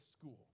school